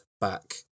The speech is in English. Back